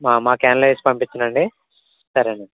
మా మా క్యాన్లో వేసి పంపించనా అండి సరే అండి